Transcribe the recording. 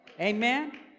Amen